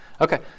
Okay